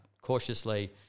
cautiously